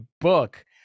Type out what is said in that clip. book